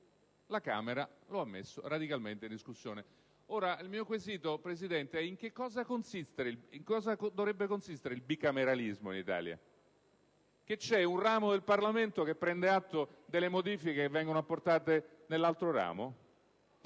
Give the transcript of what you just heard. la Camera lo ha messo radicalmente in discussione. Il mio quesito riguarda in cosa dovrebbe consistere il bicameralismo in Italia: che vi sia un ramo del Parlamento che prende atto delle modifiche che vengono apportate nell'altro ramo?